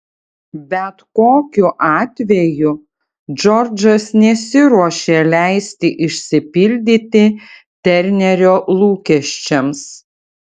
bet kokiu atveju džordžas nesiruošė leisti išsipildyti ternerio lūkesčiams